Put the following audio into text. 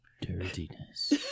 Dirtiness